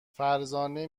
فرزانه